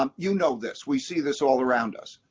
um you know this, we see this all around us.